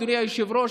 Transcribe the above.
אדוני היושב-ראש,